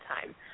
time